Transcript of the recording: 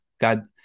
God